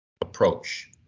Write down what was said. approach